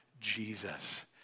Jesus